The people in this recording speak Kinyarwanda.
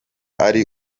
ari